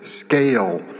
scale